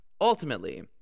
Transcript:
ultimately